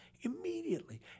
immediately